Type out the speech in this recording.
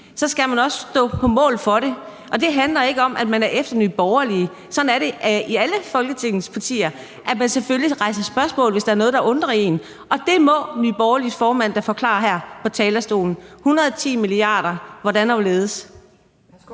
også skal stå på mål for det, og det handler ikke om at være efter Nye Borgerlige. Men sådan er det i alle Folketingets partier, altså at man selvfølgelig rejser nogle spørgsmål, hvis der er noget, der undrer en. Og der må Nye Borgerliges formand da her fra talerstolen kunne forklare: Hvordan og hvorledes